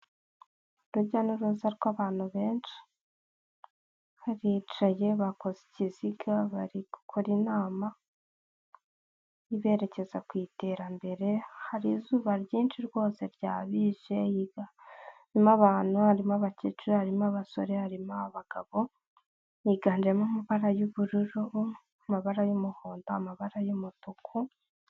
Urujya n'uruza rw'abantu benshi baricaye bakoze ikiziga bari gukora inama iberekeza ku iterambere hari izuba ryinshi rwose ryabishe harimo abantu harimo abakecuru, harimo abasore, harimo abagabo higanjemo amabara y'ubururu, amabara y'umuhondo, amabara y'umutuku.